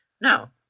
Now